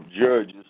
Judges